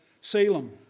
Salem